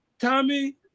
Tommy